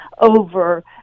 over